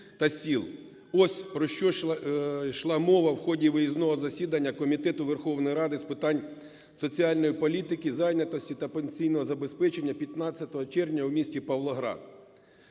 Ось, про що йшла мова в ході виїзного засідання Комітету Верховної Ради з питань соціальної політики, зайнятості та пенсійного забезпечення 15 червня у місті Павлоград.